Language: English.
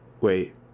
wait